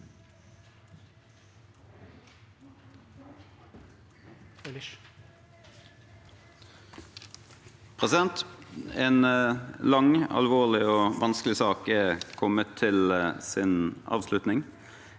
leder): En lang, alvorlig og vanskelig sak er kommet til sin avslutning.